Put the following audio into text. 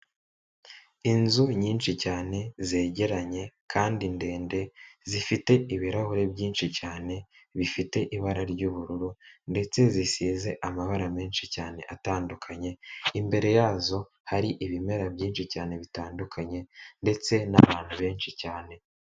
Inzu nyinshi cyane zegeranye kandi ndende zifite ibirahure byinshi cyane, bifite ibara ry'ubururu ndetse zisize amabara menshi cyane atandukanye, imbere yazo hari ibimera byinshi cyane bitandukanye ndetse n'abantu benshi cyane.